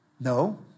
No